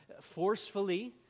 forcefully